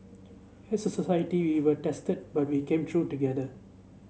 as a society we were tested but we came through together